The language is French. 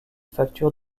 facture